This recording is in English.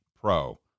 pro